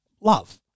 love